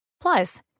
Plus